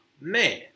man